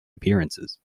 appearances